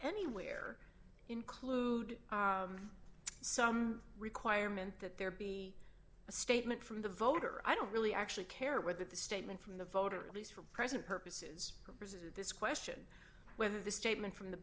anywhere include some requirement that there be a statement from the voter i don't really actually care whether the statement from the voters at least for present purposes purposes of this question whether the statement from the